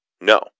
No